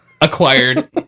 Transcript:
acquired